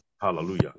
hallelujah